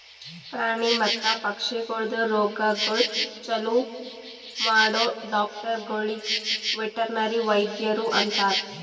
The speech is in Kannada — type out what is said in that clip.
ಪ್ರಾಣಿ ಮತ್ತ ಪಕ್ಷಿಗೊಳ್ದು ರೋಗಗೊಳ್ ಛಲೋ ಮಾಡೋ ಡಾಕ್ಟರಗೊಳಿಗ್ ವೆಟರ್ನರಿ ವೈದ್ಯರು ಅಂತಾರ್